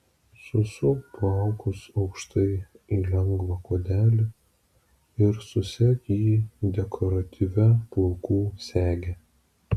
susuk plaukus aukštai į lengvą kuodelį ir susek jį dekoratyvia plaukų sege